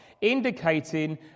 indicating